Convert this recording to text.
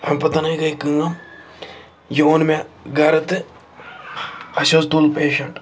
اَمہِ پَتَن گٔے کٲم یہِ اوٚن مےٚ گَرٕ تہٕ اَسہِ حظ تُل پیشَنٹ